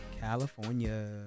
California